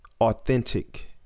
authentic